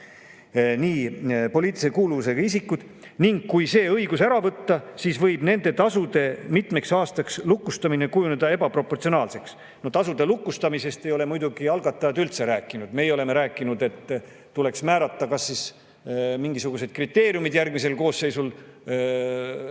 "… poliitilise kuuluvusega isikud, ning kui see õigus ära võtta, siis võib nende tasude mitmeks aastaks lukustamine kujuneda ebaproportsionaalseks." Tasude lukustamisest ei ole muidugi algatajad üldse rääkinud. Meie oleme rääkinud, et tuleks määrata kas mingisugused kriteeriumid järgmise koosseisu